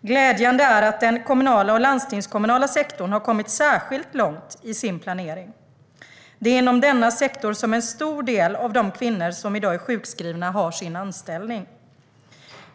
Glädjande är att den kommunala och landstingskommunala sektorn har kommit särskilt långt i sin planering. Det är inom denna sektor som en stor del av de kvinnor som i dag är sjukskrivna har sin anställning.